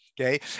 Okay